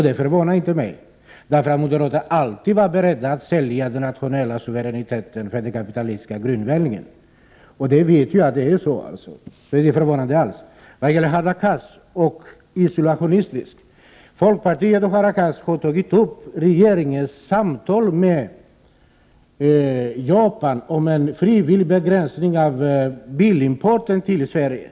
Det förvånar inte mig, för moderater har alltid varit beredda att sälja den nationella suveräniteten för den kapitalistiska grynvällingen. Vi vet att det är på det sättet, så det förvånar oss inte alls. Hadar Cars talade om isolationism. Folkpartiet och Hadar Cars har tagit upp regeringens samtal med Japan om en frivillig begränsning av bilimporten till Sverige.